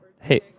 Hey